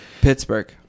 Pittsburgh